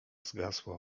zgasła